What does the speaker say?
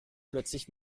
plötzlich